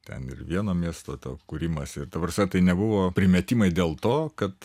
ten ir vieno miesto to kūrimas ir ta prasme tai nebuvo primetimai dėl to kad